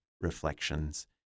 reflections